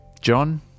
John